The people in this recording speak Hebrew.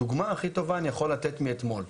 דוגמה הכי טובה אני יכול לתת מאתמול.